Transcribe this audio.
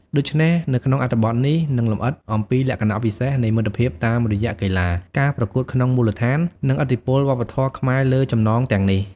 ដុច្នេះ នៅក្នុងអត្ថបទនេះនឹងលម្អិតអំពីលក្ខណៈពិសេសនៃមិត្តភាពតាមរយៈកីឡា ការប្រកួតក្នុងមូលដ្ឋាន និងឥទ្ធិពលវប្បធម៌ខ្មែរលើចំណងទាំងនេះ។